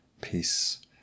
peace